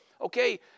okay